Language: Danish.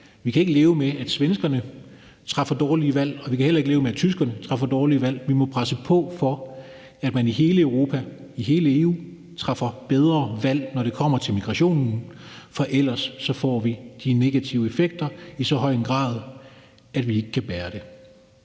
Vi kan ikke leve med, at svenskerne træffer dårlige valg, og vi kan heller ikke leve med, at tyskerne træffer dårlige valg. Vi må presse på, for at man i hele Europa og hele EU træffer bedre valg, når det kommer til migration, for ellers får vi de negative effekter i så høj en grad, at vi ikke kan bære det.